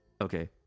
Okay